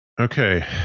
Okay